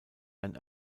ein